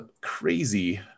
crazy